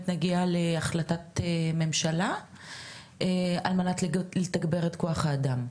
נגיע להחלטת ממשלה על מנת לתגבר את כוח האדם,